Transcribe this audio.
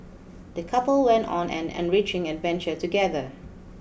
the couple went on an enriching adventure together